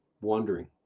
wandering